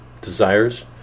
desires